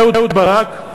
אהוד ברק,